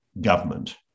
government